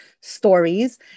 stories